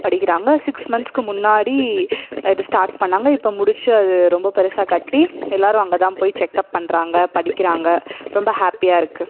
படிக்கிறாங்க சிக்ஸ் மந்த்ஸ்க்கு முன்னாடி இது ஸ்டார்ட் பண்ணாங்கள் இப்போ முடிச்சு அது ரொம்ப பெருசாக கட்டி எல்லோரும் அங்கே தான் போய் செக்கப் பண்ணுறாங்க படிக்கிறாங்கள் ரொம்ப ஹாப்பியாக இருக்குது